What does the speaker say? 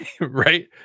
right